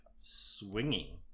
swinging